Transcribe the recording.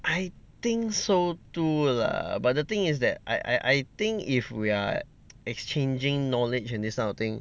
I think so too lah but the thing is that I I I think if we are exchanging knowledge and this kind of thing